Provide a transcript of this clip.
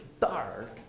dark